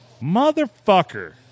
Motherfucker